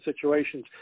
situations